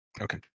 Okay